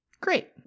Great